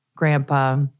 grandpa